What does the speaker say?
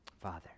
Father